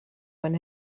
when